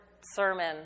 sermon